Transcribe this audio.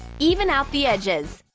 even out the edges.